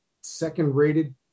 second-rated